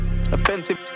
Offensive